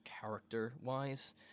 character-wise